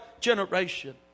generation